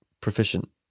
proficient